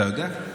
אתה יודע?